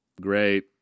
great